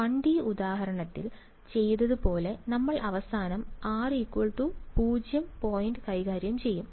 1 D ഉദാഹരണത്തിൽ ചെയ്തതുപോലെ നമ്മൾ അവസാനം r 0 പോയിന്റ് കൈകാര്യം ചെയ്യും